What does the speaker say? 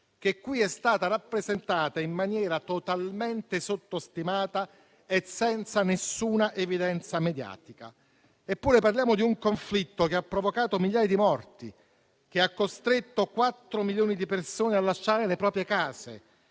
che qui è stata rappresentata in maniera totalmente sottostimata e senza nessuna evidenza mediatica. Eppure parliamo di un conflitto che ha provocato migliaia di morti, che ha costretto 4 milioni di persone a lasciare le proprie case,